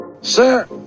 Sir